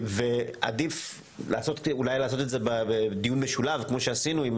ועדיף אולי לעשות את זה בדיון משולב כמו שעשינו עם